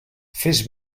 fes